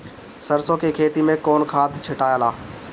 सरसो के खेती मे कौन खाद छिटाला?